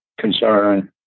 concern